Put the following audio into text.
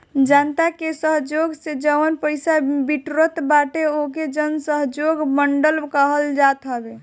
जनता के सहयोग से जवन पईसा बिटोरात बाटे ओके जनसहयोग फंड कहल जात हवे